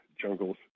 jungles